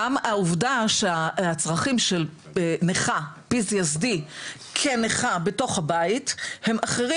גם העובדה שהצרכים של נכה PTSD כנכה בתוך הבית הם אחרים